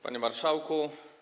Panie Marszałku!